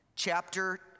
chapter